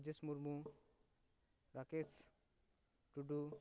Rajesh Murmu Rakesh Tudu